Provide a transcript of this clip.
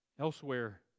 elsewhere